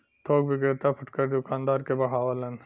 थोक विक्रेता फुटकर दूकानदार के बढ़ावलन